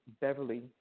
Beverly